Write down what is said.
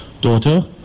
daughter